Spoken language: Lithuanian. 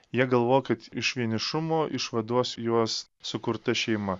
jie galvoja kad iš vienišumo išvaduos juos sukurta šeima